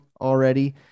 already